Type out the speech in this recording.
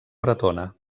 bretona